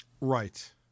Right